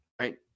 right